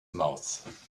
mouth